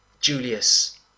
Julius